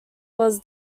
was